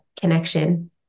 connection